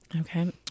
Okay